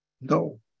No